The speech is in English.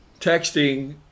texting